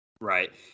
Right